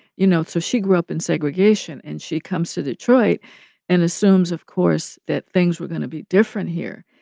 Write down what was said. you know, so she grew up in segregation. and she comes to detroit and assumes, of course, that things were going to be different here.